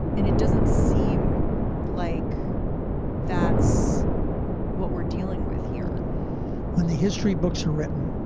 and it doesn't seem like that's what we're dealing with here when the history books are written